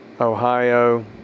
Ohio